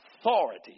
authority